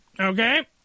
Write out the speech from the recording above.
okay